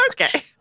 Okay